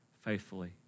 faithfully